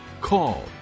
call